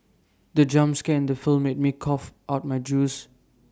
the jump scare in the film made me cough out my juice